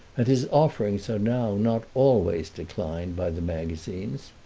and his offerings are now not always declined by the magazines.